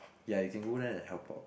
ya you can go there and help out